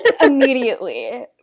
Immediately